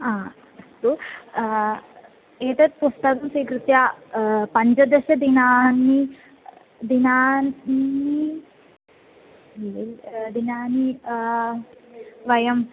हा अस्तु एतत् पुस्तकं स्वीकृत्य पञ्चदशदिनानि दिनानि दिनानि वयम्